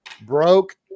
broke